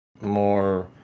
more